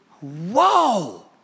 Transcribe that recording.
Whoa